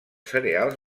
cereals